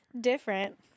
different